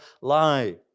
lie